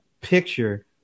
picture